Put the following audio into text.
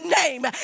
name